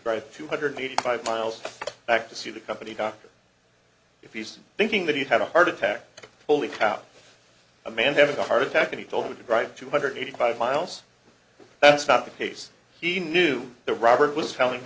write two hundred eighty five miles back to see the company doctor if he's thinking that he'd had a heart attack holy crap a man having a heart attack and he told me to drive two hundred eighty five miles that's not the case he knew the robert was telling